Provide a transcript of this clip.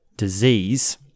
disease